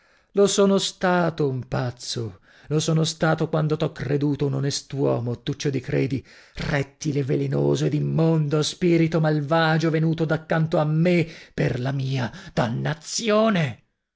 lo sono stato un pazzo lo sono stato quando t'ho creduto un onest'uomo o tuccio di credi rettile velenoso ed immondo spirito malvagio venuto daccanto a me per la mia dannazione